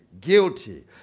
guilty